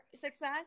success